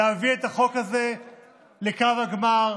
להביא את החוק הזה לקו הגמר,